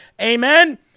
Amen